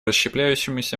расщепляющемуся